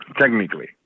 technically